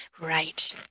right